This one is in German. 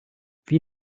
wie